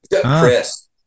Chris